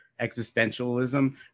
existentialism